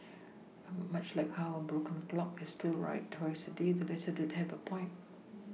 but much like how a broken clock is still right twice a day the letter did have a point